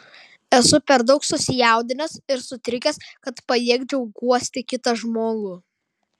esu per daug susijaudinęs ir sutrikęs kad pajėgčiau guosti kitą žmogų